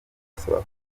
asaba